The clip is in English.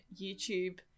YouTube